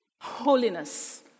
Holiness